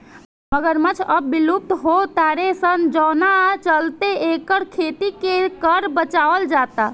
मगरमच्छ अब विलुप्त हो तारे सन जवना चलते एकर खेती के कर बचावल जाता